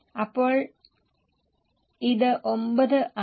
അപ്പോൾ ഇത് 9 ആണ്